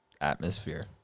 atmosphere